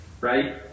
right